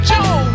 Joe